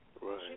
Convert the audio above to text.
Right